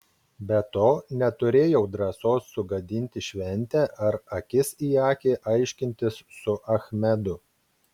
be to neturėjau drąsos sugadinti šventę ar akis į akį aiškintis su achmedu